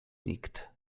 nikt